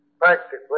practically